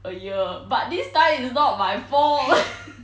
a year but this time it's not my fault